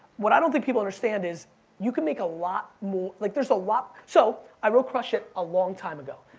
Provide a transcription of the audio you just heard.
what i don't think people understand is you can make a lot more, like there's a lot, so i wrote crush it! a long time ago.